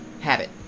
Habit